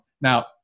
Now